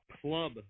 club